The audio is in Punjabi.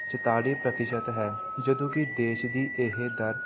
ਚੁਤਾਲੀ ਪ੍ਰਤੀਸ਼ਤ ਹੈ ਜਦੋਂ ਕਿ ਦੇਸ਼ ਦੀ ਇਹ ਦਰ